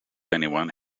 anyone